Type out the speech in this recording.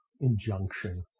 injunction